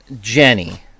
Jenny